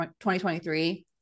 2023